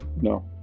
no